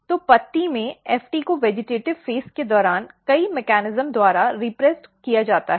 तो पत्ती में FT को वेजिटेटिव़ चरण के दौरान कई मेकॅनिज्म द्वारा रीप्रिशन किया जाता है